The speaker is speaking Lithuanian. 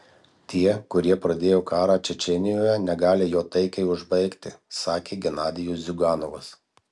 tie kurie pradėjo karą čečėnijoje negali jo taikiai užbaigti sakė genadijus ziuganovas